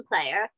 player